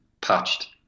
patched